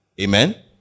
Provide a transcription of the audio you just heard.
Amen